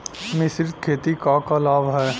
मिश्रित खेती क का लाभ ह?